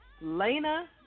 Lena